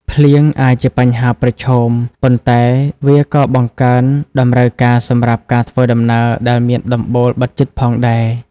ភ្លៀងអាចជាបញ្ហាប្រឈម ប៉ុន្តែវាក៏បង្កើនតម្រូវការសម្រាប់ការធ្វើដំណើរដែលមានដំបូលបិទជិតផងដែរ។